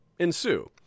Ensue